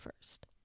first